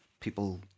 People